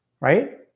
right